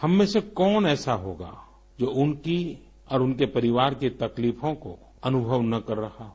हममें से कोन ऐसा होगा जो उनकी और उनके परिवार की तकलीफों को अनुभव न कर रहा हो